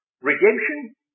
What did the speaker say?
Redemption